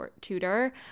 tutor